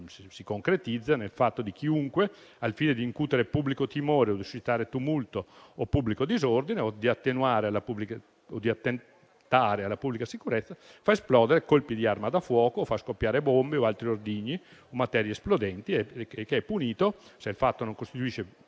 si concretizza nel comportamento di chiunque, al fine di incutere pubblico timore, suscitare tumulto o pubblico disordine o attentare alla pubblica sicurezza, faccia esplodere colpi di arma da fuoco o bombe o altri ordigni o materie esplodenti. Tale reato è punito, se il fatto non costituisce